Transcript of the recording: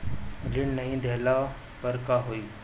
ऋण नही दहला पर का होइ?